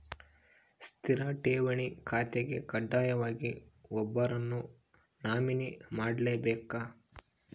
ಸ್ಥಿರ ಠೇವಣಿ ಖಾತೆಗೆ ಕಡ್ಡಾಯವಾಗಿ ಒಬ್ಬರನ್ನು ನಾಮಿನಿ ಮಾಡ್ಲೆಬೇಕ್